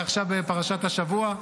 אני עכשיו בפרשת השבוע,